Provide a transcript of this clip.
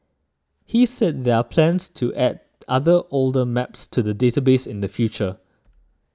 he said there are plans to add other older maps to the database in the future